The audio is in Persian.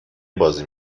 بازی